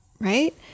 right